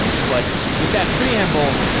but with that preamble,